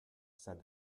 said